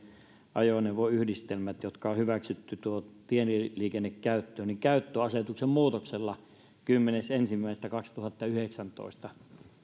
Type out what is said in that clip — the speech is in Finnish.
ajoneuvoyhdistelmät jotka on hyväksytty tieliikennekäyttöön käyttöasetuksen muutoksella kymmenes ensimmäistä kaksituhattayhdeksäntoista